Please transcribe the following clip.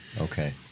Okay